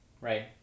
right